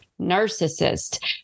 narcissist